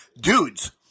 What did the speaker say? Dudes